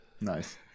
Nice